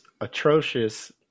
atrocious